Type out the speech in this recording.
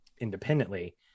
independently